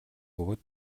бөгөөд